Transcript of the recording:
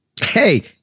Hey